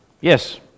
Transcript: Yes